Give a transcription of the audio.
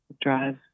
drive